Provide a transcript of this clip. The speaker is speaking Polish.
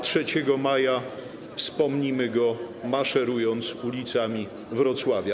3 maja wspomnimy go, maszerując ulicami Wrocławia.